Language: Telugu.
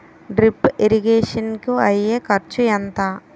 డ్రిప్ ఇరిగేషన్ కూ అయ్యే ఖర్చు ఎంత?